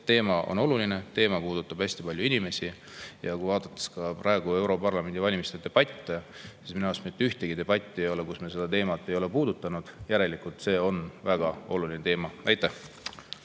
teema on oluline, teema puudutab hästi paljusid inimesi. Kui vaadata praegu ka europarlamendi valimiste debatte, siis minu arust mitte ühtegi debatti ei ole, kus seda teemat ei ole puudutatud. Järelikult see on väga oluline teema. Aitäh!